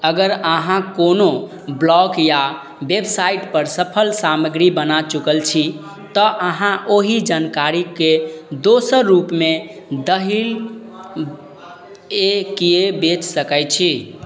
अगर अहाँ कोनो ब्लॉग या बेबसाइटपर सफल सामग्री बना चुकल छी तऽ अहाँ ओहि जानकारीके दोसर रूपमे दहिल एके बेच सकय छी